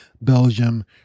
belgium